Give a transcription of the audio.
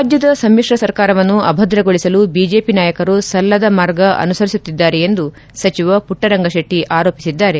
ರಾಜ್ಯದ ಸಮಿಶ್ರ ಸರ್ಕಾರವನ್ನು ಅಭದ್ರಗೊಳಿಸಲು ಬಿಜೆಪ ನಾಯಕರು ಸಲ್ಲದಮಾರ್ಗ ಅನುಸರಿಸುತ್ತಿದ್ದಾರೆ ಎಂದು ಸಚಿವ ಪುಟ್ಟರಂಗ ಶೆಟ್ಟ ಆರೋಪಿಸಿದ್ದಾರೆ